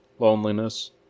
Loneliness